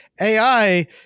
AI